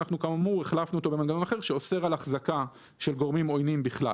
וכאמור החלפנו אותו במנגנון אחר שאוסר על החזקה של גורמים עוינים בכלל.